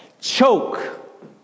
choke